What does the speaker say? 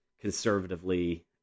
conservatively